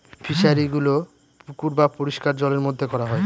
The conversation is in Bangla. ফিশারিগুলো পুকুর বা পরিষ্কার জলের মধ্যে করা হয়